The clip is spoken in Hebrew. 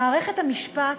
במערכת המשפט,